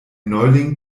neuling